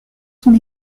son